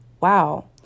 wow